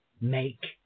make